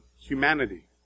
humanity